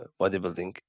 bodybuilding